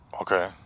okay